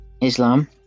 Islam